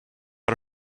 out